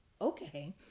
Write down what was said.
okay